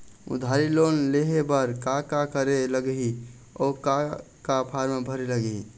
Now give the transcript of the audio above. उधारी लोन लेहे बर का का करे लगही अऊ का का फार्म भरे लगही?